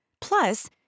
Plus